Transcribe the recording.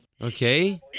Okay